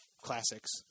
classics